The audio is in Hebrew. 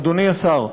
אדוני השר,